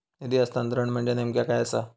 निधी हस्तांतरण म्हणजे नेमक्या काय आसा?